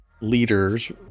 leaders